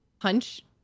punch